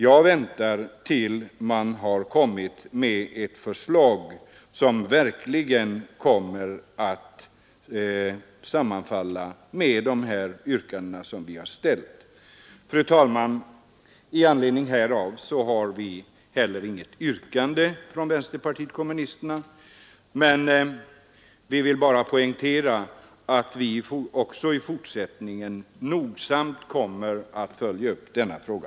Jag väntar till dess att man har kommit med ett förslag som verkligen sammanfaller med de yrkanden vi har ställt. Fru talman! I anledning härav har vi heller inget yrkande från vänsterpartiet kommunisterna. Vi vill bara poängtera att vi också i fortsättningen nogsamt kommer att följa upp denna fråga.